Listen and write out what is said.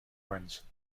wins